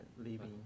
leaving